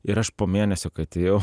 ir aš po mėnesio kai atėjau